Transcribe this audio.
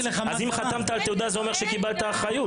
אז אם חתמת על תעודה זה אומר שקיבלת אחריות.